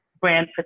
brand